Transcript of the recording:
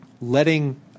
letting –